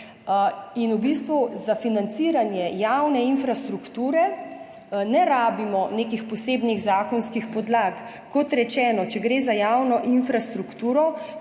V bistvu za financiranje javne infrastrukture ne potrebujemo nekih posebnih zakonskih podlag, kot rečeno, če gre za javno infrastrukturo,